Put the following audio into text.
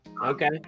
Okay